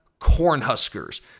Cornhuskers